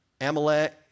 Amalek